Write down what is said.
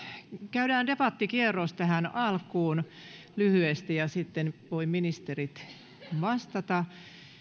käydään debattikierros tähän alkuun lyhyesti ja sitten voivat ministerit vastata